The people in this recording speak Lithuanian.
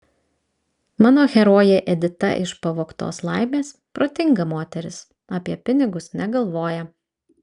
mano herojė edita iš pavogtos laimės protinga moteris apie pinigus negalvoja